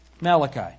Malachi